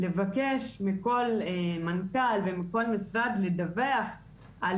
לבקש מכל מנכ"ל ומכל משרד לדווח על